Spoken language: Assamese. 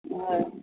হয়